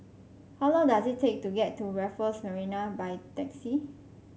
how long does it take to get to Raffles Marina by taxi